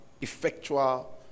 effectual